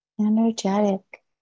energetic